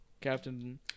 captain